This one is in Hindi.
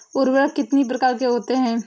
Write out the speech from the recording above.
उर्वरक कितनी प्रकार के होते हैं?